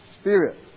Spirit